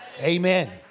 Amen